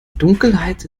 dunkelheit